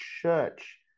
church